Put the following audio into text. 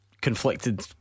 Conflicted